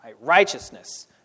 righteousness